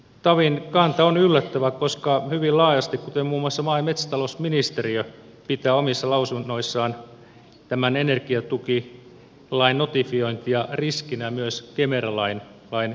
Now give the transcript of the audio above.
tavin kanta on yllättävä koska hyvin laajasti muun muassa maa ja metsätalousministeriö pitää omissa lausunnoissaan tämän energiatukilain notifiointia riskinä myös kemera lain käsittelylle